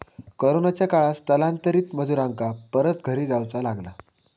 कोरोनाच्या काळात स्थलांतरित मजुरांका परत घरी जाऊचा लागला